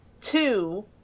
two